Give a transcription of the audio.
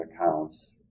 accounts